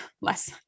less